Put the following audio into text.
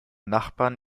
nachbarn